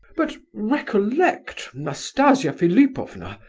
but recollect, nastasia philipovna,